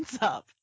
up